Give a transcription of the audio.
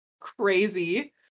crazy